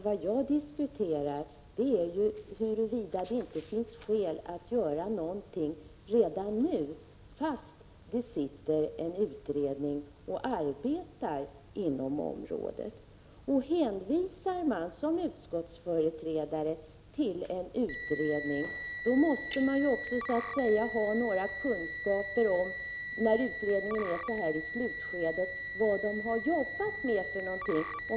Vad jag diskuterar är huruvida det inte finns skäl att göra någonting redan nu, trots att en utredning arbetar inom området. Om man som utskottsföreträdare hänvisar till en utredning, då måste man ha några kunskaper om vilka frågor utredningen, som i det här fallet är i slutskedet, har arbetat med.